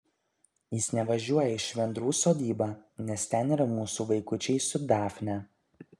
jis nevažiuoja į švendrų sodybą nes ten yra mūsų vaikučiai su dafne